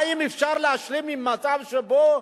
האם אפשר להשלים עם מצב שבו